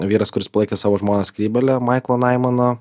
vyras kuris palaikė savo žmoną skrybėle maiklo naimano